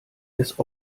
des